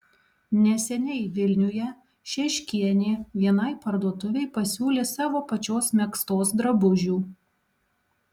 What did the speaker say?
neseniai vilniuje šeškienė vienai parduotuvei pasiūlė savo pačios megztos drabužių